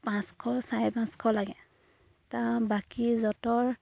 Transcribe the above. পাঁচশ চাৰে পাঁচশ লাগে তা বাকী যঁতৰ